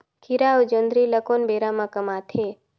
खीरा अउ जोंदरी ल कोन बेरा म कमाथे?